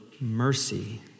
mercy